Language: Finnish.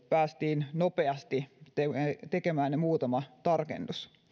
päästiin tekemään muutama tarkennus